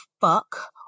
fuck